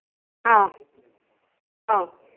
ꯑꯥ ꯑꯧ